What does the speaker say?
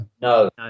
no